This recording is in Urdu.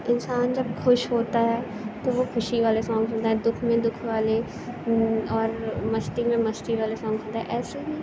انسان جب خوش ہوتا ہے تو وہ خوشی والے سانگ سُنتا ہے دُكھ میں دُكھ والے اور مستی میں مستی والے سانگ سُنتا ہے ایسے ہی